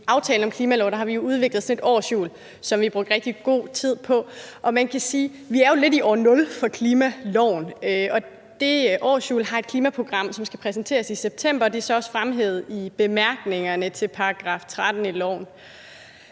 i aftalen om klimaloven har vi udviklet et årshjul, som vi har brugt rigtig god tid på, og man kan sige, at vi jo lidt er i år nul for klimaloven. Det årshjul har et klimaprogram, som skal præsenteres i september, og det er også fremhævet i bemærkningerne til § 13 i loven.